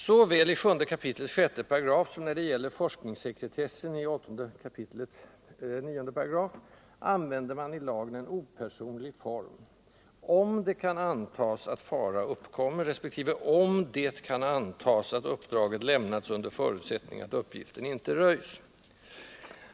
Såväl när det gäller 7 kap. 6 § som när det gäller forskningssekretessen i 8 kap. 9 § använder man i lagen en opersonlig form: ”om det kan antas att fara uppkommer” resp. ”om det måste antas att uppdraget lämnats under förutsättning att uppgiften inte röjs”.